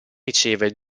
riceve